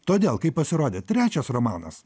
todėl kai pasirodė trečias romanas